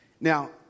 Now